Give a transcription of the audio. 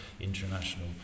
international